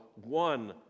one